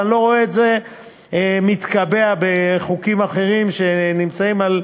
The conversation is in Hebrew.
אבל אני לא רואה את זה מתקבע בחוקים אחרים שנמצאים על שולחננו,